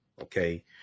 okay